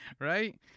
right